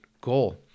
goal